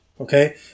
okay